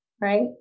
right